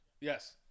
Yes